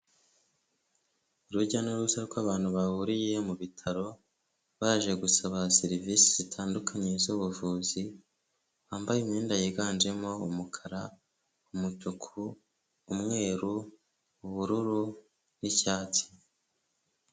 Urujya n'uruza rw'abantu bahuriye mu bitaro baje gusaba serivisi zitandukanye z'ubuvuzi, bambaye imyenda yiganjemo umukara, umutuku, umweru, ubururu n'icyatsi.